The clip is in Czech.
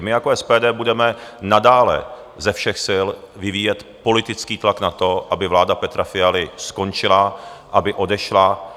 My jako SPD budeme nadále ze všech sil vyvíjet politický tlak na to, aby vláda Petra Fialy skončila, aby odešla.